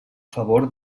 favor